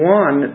one